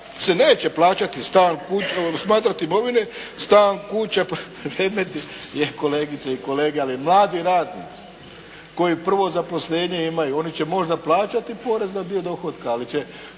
se neće plaćati, smatrati imovinom stan, kuća, predmeti jel' kolegice i kolege, ali mladi radnici koji prvo zaposlenje imaju, oni će možda plaćati porez na dio dohotka, ali će